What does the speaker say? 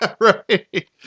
right